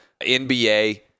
NBA